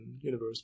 universe